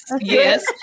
Yes